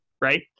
right